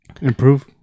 Improve